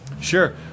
Sure